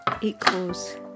equals